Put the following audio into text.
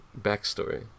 backstory